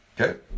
Okay